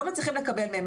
לא מצליחים לקבל מהם.